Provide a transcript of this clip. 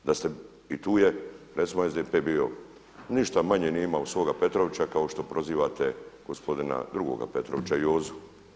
Da ste, i tu je recimo SDP bio, ništa manje nije imao svoga Petrovića kao što prozivate gospodina drugoga Petrovića Jozu.